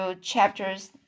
chapters